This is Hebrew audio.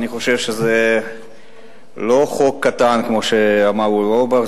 אני חושב שזה לא חוק קטן כמו שאמר אורי אורבך,